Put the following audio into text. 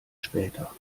später